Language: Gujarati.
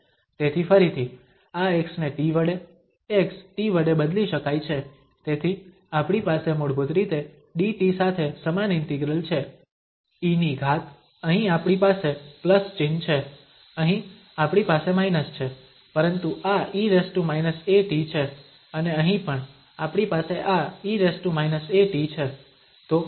તેથી ફરીથી આ x ને t વડે x t વડે બદલી શકાય છે તેથી આપણી પાસે મૂળભૂત રીતે dt સાથે સમાન ઇન્ટિગ્રલ છે e ની ઘાત અહીં આપણી પાસે પ્લસ ચિહ્ન છે અહીં આપણી પાસે માઇનસ છે પરંતુ આ e−at છે અને અહીં પણ આપણી પાસે આ e−at છે